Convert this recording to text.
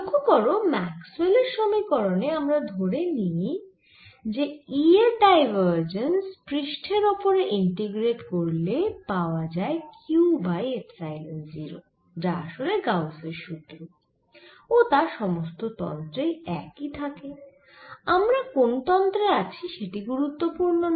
লক্ষ্য করো ম্যক্সওয়েল এর সমীকরনে আমরা ধরে নিই যে E এর ডাইভারজেন্স পৃষ্ঠের ওপরে ইন্টিগ্রেট করলে পাওয়া যায় q বাই এপসাইলন 0 যা আসলে গাউসের সুত্র ও তা সমস্ত তন্ত্রেই একই থাকে আমরা কোন তন্ত্রে আছি সেটি গুরুত্বপূর্ণ না